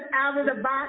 out-of-the-box